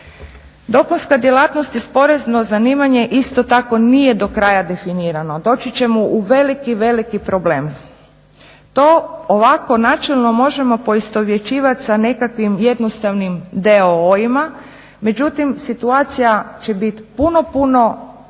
Dopunska djelatnost i …/Govornik se ne razumije./… zanimanje isto tako nije do kraja definirano. Doći ćemo u veliki, veliki problem. To ovako načelno možemo poistovjećivati sa nekakvim jednostavnim d.o.o-ima, međutim, situacija će biti puno puno